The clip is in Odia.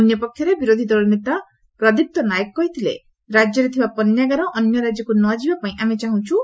ଅପରପକ୍ଷରେ ବିରୋଧୀ ଦଳ ନେତା ପ୍ରଦୀପ୍ତ ନାୟକ କହିଥିଲେ ଯେ ରାଜ୍ୟରେ ଥିବା ପଣ୍ୟାଗାର ଅନ୍ୟ ରାଜ୍ୟକୁ ନ ଯିବା ପାଇଁ ଆମେ ଚାହୁଁଛୁ